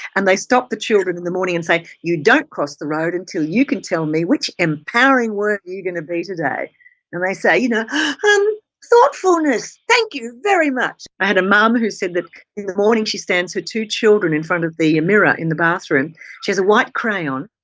and they stop the children in the morning and say you don't cross the road until you can tell me which empowering word you're going to be today and they say you know um thoughtfulness! thank you very much! i had a mum who said, in the morning she stands her two children in front of the mirror in the bathroom she has a white crayon,